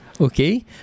okay